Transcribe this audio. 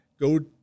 go